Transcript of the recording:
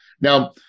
Now